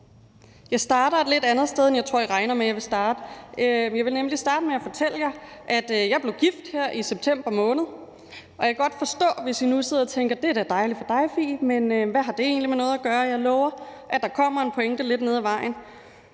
Jeg starter et lidt andet sted end der, hvor jeg tror I regner med at jeg vil starte. Jeg vil nemlig starte med at fortælle jer, at jeg blev gift her i september måned. Og jeg kan godt forstå, hvis I nu sidder og tænker: Det er da dejligt for dig, Fie, men hvad har det egentlig med noget at gøre? Og jeg lover, at der kommer en pointe lidt senere.